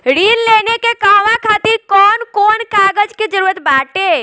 ऋण लेने के कहवा खातिर कौन कोन कागज के जररूत बाटे?